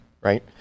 right